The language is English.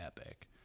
epic